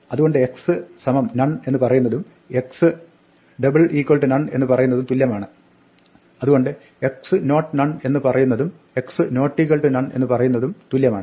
അതുകൊണ്ട് x None എന്ന് പറയുന്നതും x None എന്ന് പറയുന്നതും തുല്യമാണ് അതുകൊണ്ട് x not None എന്ന് പറയുന്നതും x not None എന്ന് പറയുന്നതും തുല്യമാണ്